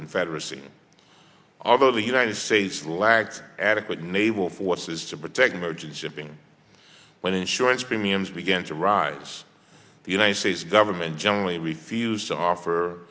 confederacy although the united states lacked adequate naval forces to protect emerging shipping when insurance premiums began to rise the united states government generally refused to offer